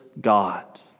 God